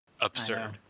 absurd